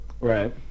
Right